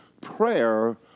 prayer